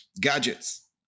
gadgets